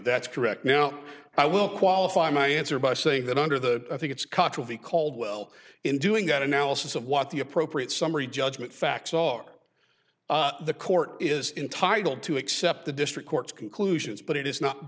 that's correct now i will qualify my answer by saying that under the i think it's cultural he called well in doing that analysis of what the appropriate summary judgment facts are the court is entitled to accept the district court's conclusions but it is not